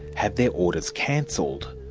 have their orders cancelled,